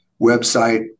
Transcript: website